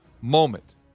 moment